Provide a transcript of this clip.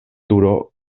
turo